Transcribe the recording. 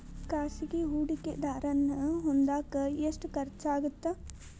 ಖಾಸಗಿ ಹೂಡಕೆದಾರನ್ನ ಹೊಂದಾಕ ಎಷ್ಟ ಖರ್ಚಾಗತ್ತ